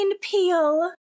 Peel